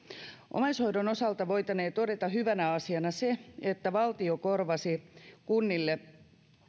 omaishoidon osalta voitaneen todeta hyvänä asiana se että valtio korvasi kunnille